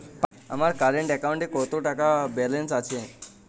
আমার কারেন্ট অ্যাকাউন্টে কত টাকা ব্যালেন্স আছে?